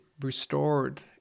restored